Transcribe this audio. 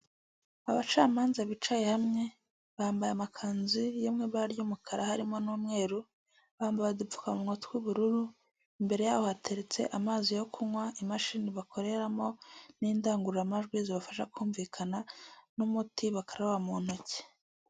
Abacamanza bicaye hamwe bambaye amakanzu yo mu ibara ry'umukara harimo n'umweru, bambaye udupfukamunwa tw'ubururu. Imbere yabo hateretse amazi yo kunywa, imashini bakoreramo n'indangururamajwi zibafasha kumvikana n'umuti bakaraba mu ntoki.